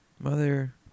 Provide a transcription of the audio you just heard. Mother